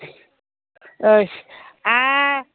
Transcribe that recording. ओइ आ